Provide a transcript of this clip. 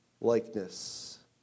likeness